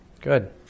Good